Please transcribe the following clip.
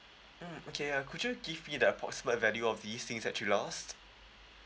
mm okay uh could you give me the approximate value of these things that you lost